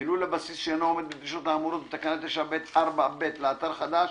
מלול הבסיס שאינו עומד בדרישות האמורות בתקנה 9(ב)(4)(ב) לאתר חדש